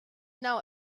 now